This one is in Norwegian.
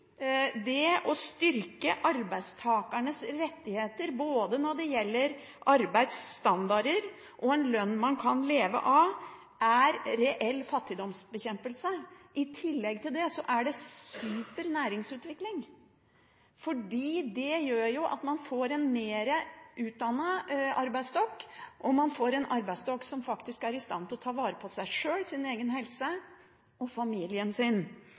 det å styrke arbeidstakernes rettigheter når det gjelder både arbeidsstandarder og en lønn man kan leve av, er reell fattigdomsbekjempelse. I tillegg er det super næringsutvikling, for det gjør at man får en mer utdannet arbeidsstokk, og man får en arbeidsstokk som faktisk er i stand til å ta vare på seg selv, sin egen helse og familien sin.